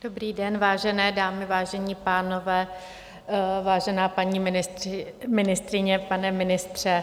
Dobrý den, vážené dámy, vážení pánové, vážená paní ministryně, pane ministře.